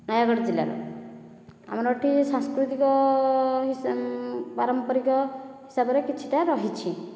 ନୟାଗଡ଼ ଜିଲ୍ଲାର ଆମର ଏଠି ସାଂସ୍କୃତିକ ପାରମ୍ପରିକ ହିସାବରେ କିଛିଟା ରହିଛି